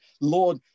Lord